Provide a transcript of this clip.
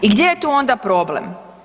I gdje je tu onda problem?